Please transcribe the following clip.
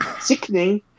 sickening